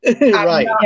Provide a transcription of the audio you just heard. right